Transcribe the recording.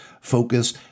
focus